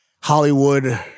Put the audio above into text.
Hollywood